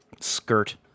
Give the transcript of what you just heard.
Skirt